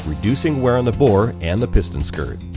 reducing wear. on the bore and the piston skirt.